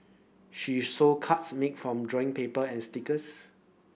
she sold cards made from drawing paper and stickers